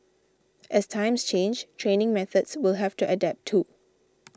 as times change training methods will have to adapt too